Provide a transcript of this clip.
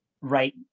Right